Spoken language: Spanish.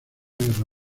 guerra